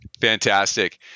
Fantastic